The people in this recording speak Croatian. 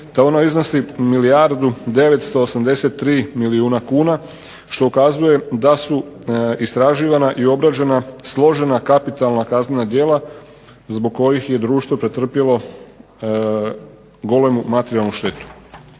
te ona iznosi milijardu 983 milijuna kuna, što ukazuje da su istraživana i obrađena složena kapitalna kaznena djela zbog kojih je društvo pretrpjelo ogromnu materijalnu štetu.